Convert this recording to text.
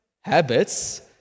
habits